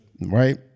Right